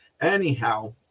Anyhow